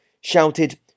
shouted